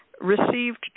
Received